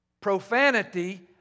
Profanity